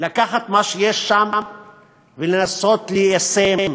לקחת את מה שיש שם ולנסות ליישם,